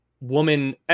woman